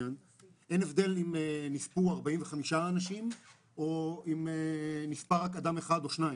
אין הבדל אם נספו 45 אנשים או אם נספו רק אדם אחד או שניים.